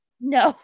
No